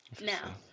Now